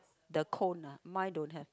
the cone ah mine don't have